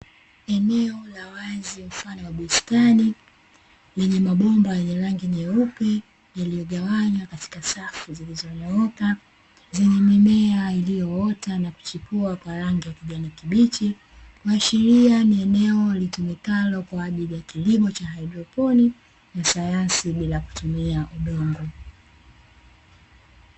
Eneo la wazi mfano wa bustani yenye mabomba yenye rangi nyeupe yaliyogawanywa katika safu zilizonyooka, zenye mimea iliyoota na kuchipua kwa rangi ya kijani kibichi, kuashiria ni eneo litumikalo kwa ajili ya kilimo cha haidroponi na sayansi ya bila kutumia udongo.